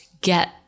get